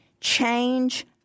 change